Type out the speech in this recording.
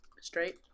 straight